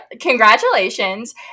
Congratulations